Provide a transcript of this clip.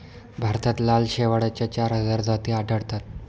भारतात लाल शेवाळाच्या चार हजार जाती आढळतात